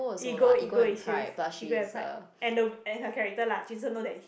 ego ego issues ego and pride and the and her character lah jun sheng know that